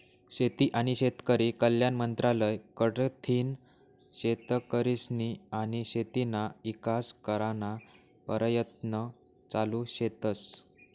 शेती आनी शेतकरी कल्याण मंत्रालय कडथीन शेतकरीस्नी आनी शेतीना ईकास कराना परयत्न चालू शेतस